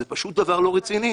זה פשוט דבר לא רציני.